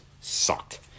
Sucked